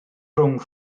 rhwng